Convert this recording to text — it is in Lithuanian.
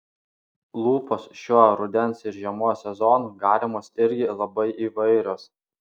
lūpos šiuo rudens ir žiemos sezonu galimos irgi labai įvairios